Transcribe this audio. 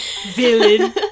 Villain